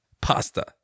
pasta